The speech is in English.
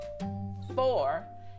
Four